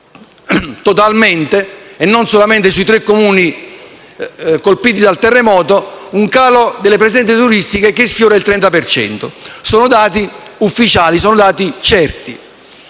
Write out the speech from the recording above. e non solamente sui tre Comuni colpiti dal terremoto) un calo delle presenze turistiche che sfiora il 30 per cento. Sono dati ufficiali. Da parte